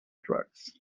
drugs